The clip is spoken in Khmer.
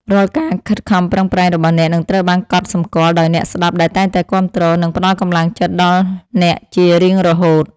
រាល់ការខិតខំប្រឹងប្រែងរបស់អ្នកនឹងត្រូវបានកត់សម្គាល់ដោយអ្នកស្តាប់ដែលតែងតែគាំទ្រ និងផ្តល់កម្លាំងចិត្តដល់អ្នកជារៀងរហូត។